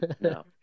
no